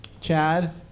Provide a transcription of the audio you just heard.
Chad